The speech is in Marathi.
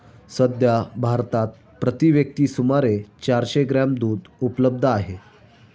सध्या भारतात प्रति व्यक्ती सुमारे चारशे ग्रॅम दूध उपलब्ध आहे